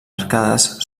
arcades